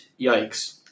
Yikes